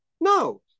No